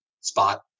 spot